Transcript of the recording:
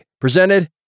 presented